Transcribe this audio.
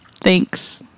thanks